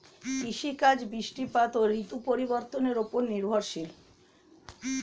কৃষিকাজ বৃষ্টিপাত ও ঋতু পরিবর্তনের উপর নির্ভরশীল